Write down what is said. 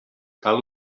cal